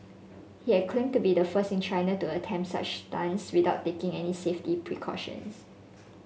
he had claimed to be the first in China to attempt such stunts without taking any safety precautions